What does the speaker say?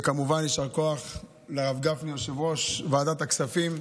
וכמובן יישר כוח לרב גפני, יושב-ראש ועדת הכספים,